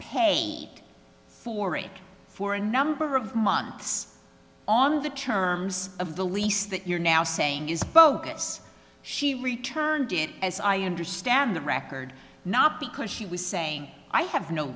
paid for it for a number of months on the terms of the lease that you're now saying is bogus she returned it as i understand the record not because she was saying i have no